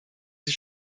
sie